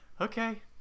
okay